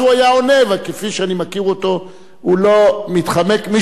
כפי שאני מכיר אותו, הוא לא מתחמק משום תשובה.